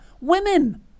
Women